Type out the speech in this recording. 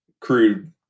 crude